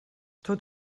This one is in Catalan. tot